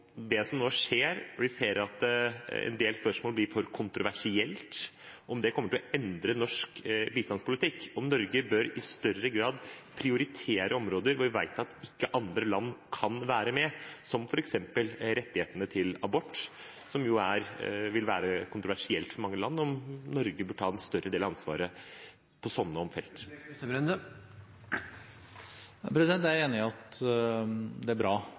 det som nå skjer, hvor vi ser at en del spørsmål blir for kontroversielle? Kommer det til å endre norsk bistandspolitikk? Bør Norge i større grad prioritere områder hvor vi vet at ikke andre land kan være med, som f.eks. rettighetene til abort, som jo vil være kontroversielt for mange land? Bør Norge bør ta en større del av ansvaret på sånne felt? Jeg er enig i at det er bra